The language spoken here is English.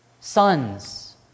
sons